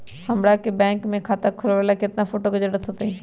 हमरा के बैंक में खाता खोलबाबे ला केतना फोटो के जरूरत होतई?